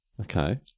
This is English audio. Okay